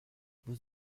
vous